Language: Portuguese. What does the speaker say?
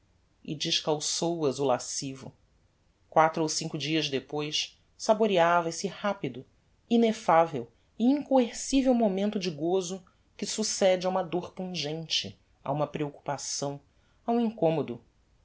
e descalçou as o lascivo quatro ou cinco dias depois saboreava esse rapido ineffavel e incoercivel momento de gozo que succede a uma dôr pungente a uma preoccupação a um incommodo